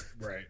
Right